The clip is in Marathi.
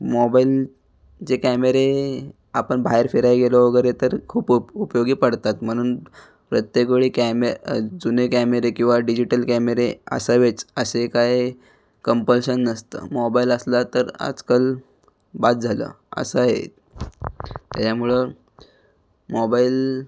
मोबाईल जे कॅमेरे आपण बाहेर फिराय गेलो वगैरे तर खूप उप उपयोगी पडतात म्हणून प्रत्येकवेळी कॅमे जुने कॅमेरे किंवा डिजिटल कॅमेरे असावेच असे काय कम्पल्शन नसतं मोबाईल असला तर आजकाल बस झालं असं आहे त्याच्यामुळं मोबाईल